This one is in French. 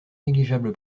négligeable